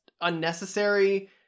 unnecessary